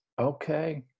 Okay